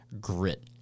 grit